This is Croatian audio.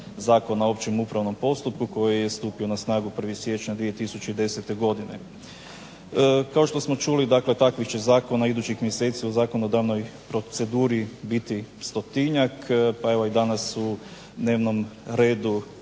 Zakona o općem upravnom postupku koji je stupio na snagu 1. siječnja 2010. godine. Kao što smo čuli dakle takvih će zakona idućih mjeseci u zakonodavnoj proceduri biti stotinjak pa evo i danas u dnevnom redu